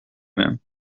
main